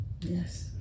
Yes